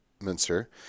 Minster